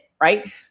Right